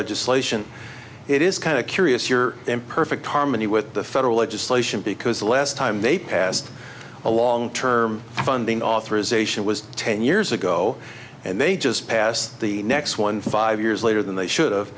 legislation it is kind of curious you're in perfect harmony with the federal legislation because the last time they passed a long term funding authorization was ten years ago and they just passed the next one five years later than they should have